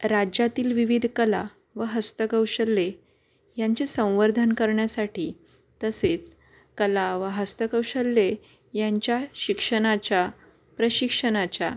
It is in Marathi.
राज्यातील विविध कला व हस्तकौशल्ये यांचे संवर्धन करण्यासाठी तसेच कला व हस्तकौशल्ये यांच्या शिक्षणाच्या प्रशिक्षणाच्या